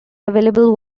available